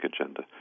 agenda